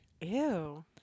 Ew